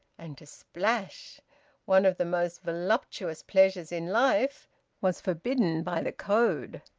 and to splash one of the most voluptuous pleasures in life was forbidden by the code.